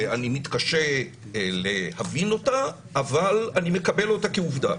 אני מתקשה להבין אותה, אבל אני מקבל אותה כעובדה.